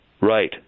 Right